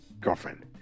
girlfriend